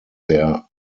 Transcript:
their